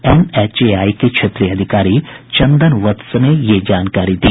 NHAI के क्षेत्रीय अधिकारी चंदन वत्स ने यह जानकारी दी